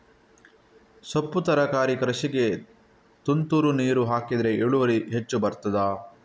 ಸೊಪ್ಪು ತರಕಾರಿ ಕೃಷಿಗೆ ತುಂತುರು ನೀರು ಹಾಕಿದ್ರೆ ಇಳುವರಿ ಹೆಚ್ಚು ಬರ್ತದ?